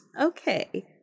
okay